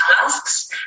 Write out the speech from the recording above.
tasks